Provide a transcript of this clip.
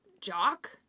jock